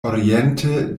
oriente